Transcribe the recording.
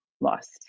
lost